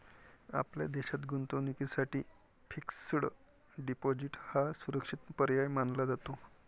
आपल्या देशात गुंतवणुकीसाठी फिक्स्ड डिपॉजिट हा सुरक्षित पर्याय मानला जातो